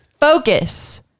Focus